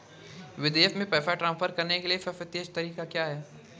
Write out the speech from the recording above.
विदेश में पैसा ट्रांसफर करने का सबसे तेज़ तरीका क्या है?